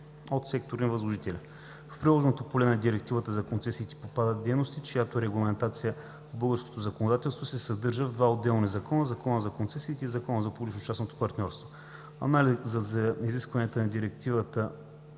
от секторни възложители. В приложното поле на Директивата за концесиите попадат дейности, чиято регламентация в българското законодателство се съдържа в два отделни закона: Закона за концесиите и Закона за публично-частното партньорство. Анализът на изискванията на Директивата